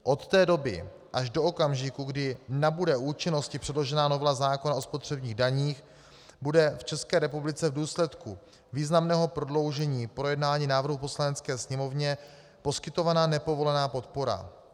Od té doby až do okamžiku, kdy nabude účinnosti předložená novela zákona o spotřebních daních, bude v České republice v důsledku významného prodloužení projednání návrhu v Poslanecké sněmovně poskytovaná nepovolená podpora.